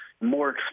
more